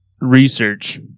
research